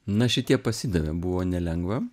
na šitie pasidavė buvo nelengva